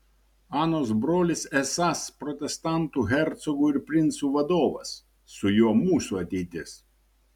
anos brolis esąs protestantų hercogų ir princų vadovas su juo mūsų ateitis